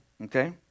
Okay